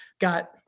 got